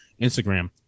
Instagram